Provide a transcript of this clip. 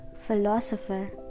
philosopher